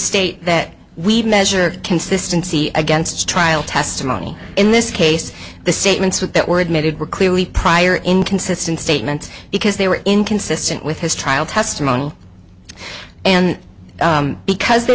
state that we measure consistency against trial testimony in this case the statements that were admitted were clearly prior inconsistent statements because they were inconsistent with his trial testimony and because they